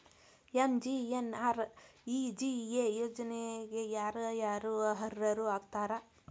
MGNREGA ಯೋಜನೆಗೆ ಯಾರ ಯಾರು ಅರ್ಹರು ಆಗ್ತಾರ?